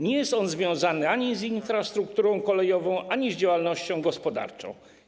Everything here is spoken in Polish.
Nie jest on związany ani z infrastrukturą kolejową, ani z działalnością gospodarczą.